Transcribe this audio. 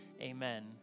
amen